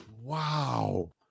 Wow